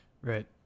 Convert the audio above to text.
Right